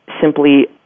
simply